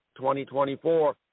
2024